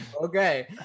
Okay